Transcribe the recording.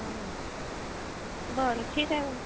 हो बरं ठीक आहे मग